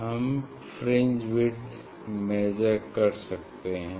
हम fringe width measure कर सकते हैं